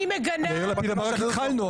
אני מגנה --- רק התחלנו,